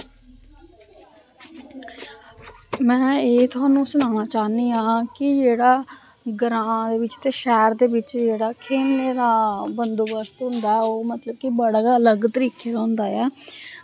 में एह् थोआनू सनाना चाह्न्नी आं कि जेह्ड़ा ग्रांऽ दे बिच्च ते शैह्र दे बिच्च जेह्ड़ा खेलने दा बंदोबस्त होंदा ऐ ओह् मतलब कि बड़ा गै अलग तरीके दा होंदा ऐ